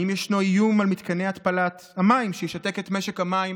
האם ישנו איום על מתקני התפלת המים שישתק את משק המים